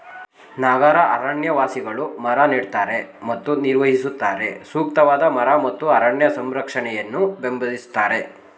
ನಗರ ಅರಣ್ಯವಾಸಿಗಳು ಮರ ನೆಡ್ತಾರೆ ಮತ್ತು ನಿರ್ವಹಿಸುತ್ತಾರೆ ಸೂಕ್ತವಾದ ಮರ ಮತ್ತು ಅರಣ್ಯ ಸಂರಕ್ಷಣೆಯನ್ನು ಬೆಂಬಲಿಸ್ತಾರೆ